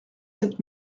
sept